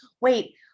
wait